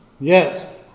Yes